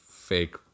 fake